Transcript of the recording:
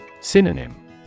Synonym